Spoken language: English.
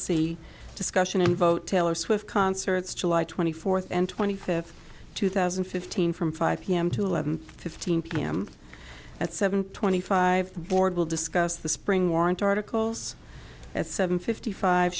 c discussion and vote taylor swift concerts july twenty fourth and twenty fifth two thousand and fifteen from five p m to eleven fifteen pm at seven twenty five board will discuss the spring warrant articles at seven fifty five